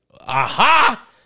aha